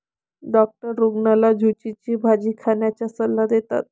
doctor रुग्णाला झुचीची भाजी खाण्याचा सल्ला देतात